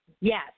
Yes